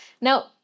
Now